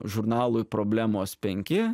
žurnalui problemos penki